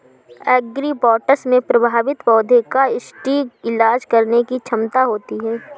agribots में प्रभावित पौधे का सटीक इलाज करने की क्षमता होती है